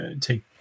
take